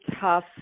tough